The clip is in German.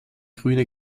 grüne